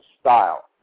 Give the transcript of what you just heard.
style